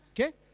Okay